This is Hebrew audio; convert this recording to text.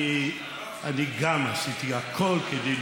לא, זה לא מעניין.